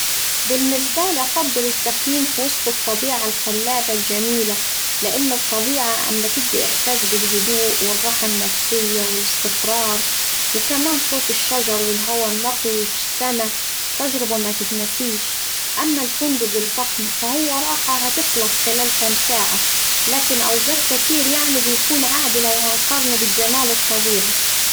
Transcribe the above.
بالنسبالي أفضل التخييم في وسط الطبيعة الخلابة الجميلة لإن الطبيعة أما تدي إحساس بالهدوء والراحة النفسية والاستقرار، وكمان صوت الشجر والهوا النقي والش والسما تجربة متتنسيش. أما الفندق الفخم فهو راحة هتخلص خلال كام ساعة لكن أوقات كتير بيكون عادي لو هنقارنه بالجمال الطبيعي.